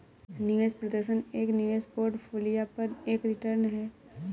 निवेश प्रदर्शन एक निवेश पोर्टफोलियो पर एक रिटर्न है